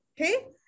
Okay